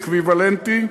אקוויוולנטי,